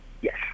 Yes